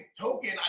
token